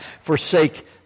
forsake